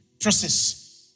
process